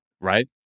right